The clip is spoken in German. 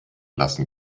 lassen